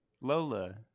lola